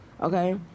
okay